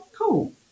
cool